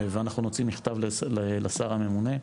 ואנחנו נוציא מכתב לשר הממונה,